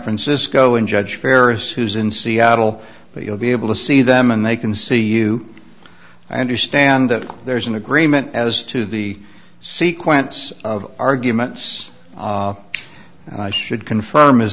francisco and judge ferris who's in seattle but you'll be able to see them and they can see you i understand that there is an agreement as to the sequence of arguments and i should confirm